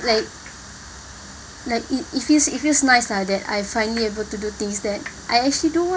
like like it it feels it feels nice lah that I finally able to do things that I actually do want